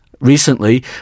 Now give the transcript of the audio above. recently